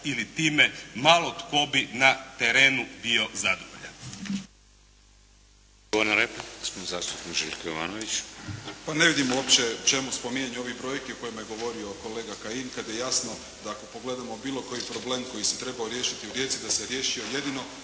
ili time malo tko bi na terenu bio zadovoljan.